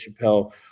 Chappelle